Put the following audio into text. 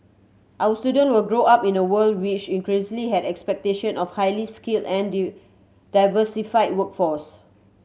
our students will grow up in a world which increasingly has expectation of highly skilled and diversified workforce